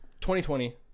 2020